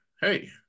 hey